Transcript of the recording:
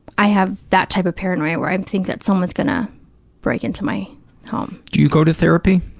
i have that type of paranoia, where i think that someone's going to break into my home. do you go to therapy?